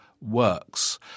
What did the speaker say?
works